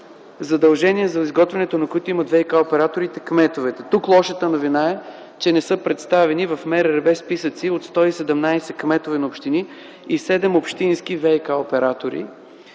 задължение за изготвянето на които имат ВиК-операторите и кметовете. Тук лошата новина е, че не са представени в МРРБ списъци от 117 кметове на общини и 7 общински ВиК оператори,